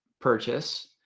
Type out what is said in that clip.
purchase